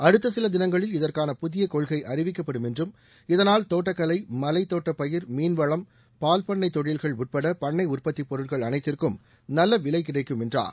அடுத்த சில தினங்களில் இதற்கான புதிய கொள்கை அறிவிக்கப்படும் என்றும் இதனால் தோட்டக்கலை மலைத்தோட்டப் பயிர் மீன் வளம் பால் பண்ணை தொழில்கள் உட்பட பண்ணை உற்பத்தி பொருட்கள் அனைத்திற்கும் நல்ல விலை கிடைக்கும் என்றார்